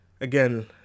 again